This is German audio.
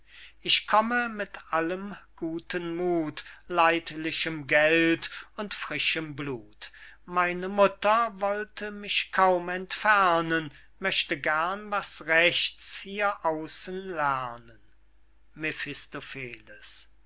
ich komme mit allem guten muth leidlichem geld und frischem blut meine mutter wollte mich kaum entfernen möchte gern was rechts hieraußen lernen